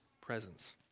presence